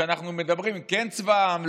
שכשאנחנו מדברים כן צבא העם,